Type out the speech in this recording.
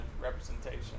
representation